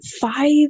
five